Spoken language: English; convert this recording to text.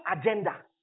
agenda